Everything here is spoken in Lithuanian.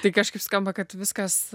tai kažkaip skamba kad viskas